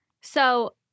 So-